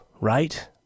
right